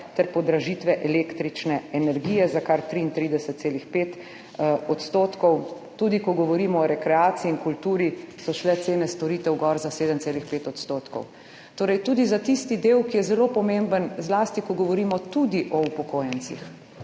ter podražitve električne energije za kar 33,5 odstotkov. Tudi ko govorimo o rekreaciji in kulturi, so šle cene storitev gor za 7,5 odstotkov, torej tudi za tisti del, ki je zelo pomemben, zlasti ko govorimo tudi o upokojencih.